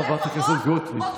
חברת הכנסת גוטליב.